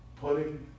Putting